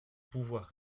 pouvoir